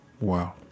Wow